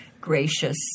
gracious